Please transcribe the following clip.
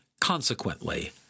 Consequently